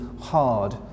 hard